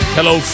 Hello